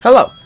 Hello